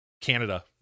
Canada